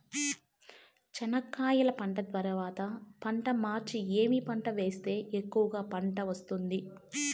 చెనక్కాయ పంట తర్వాత పంట మార్చి ఏమి పంట వేస్తే ఎక్కువగా పంట వస్తుంది?